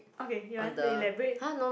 okay you want to elaborate